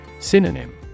Synonym